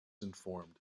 informed